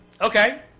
Okay